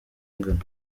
ingano